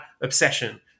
obsession